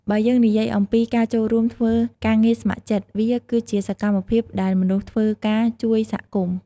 បើយើងនិយាយអំពី ការចូលរួមធ្វើការងារស្ម័គ្រចិត្ត វាគឺជាសកម្មភាពដែលមនុស្សធ្វើការជួយសហគមន៍។